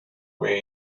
way